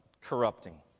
corrupting